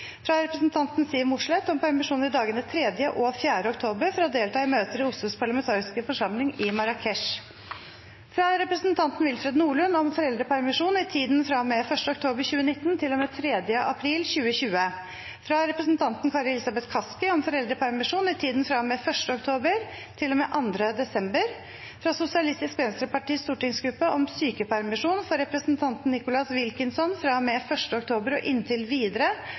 fra representanten Siv Mossleth om permisjon i dagene 3. og 4. oktober for å delta i møter i OSSEs parlamentariske forsamling i Marrakech fra representanten Willfred Nordlund om foreldrepermisjon i tiden fra og med 1. oktober 2019 til og med 3. april 2020 fra representanten Kari Elisabeth Kaski om foreldrepermisjon i tiden fra og med 1. oktober til og med 2. desember fra Sosialistisk Venstrepartis stortingsgruppe om sykepermisjon for representanten Nicholas Wilkinson fra og med 1. oktober og inntil videre,